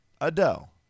Adele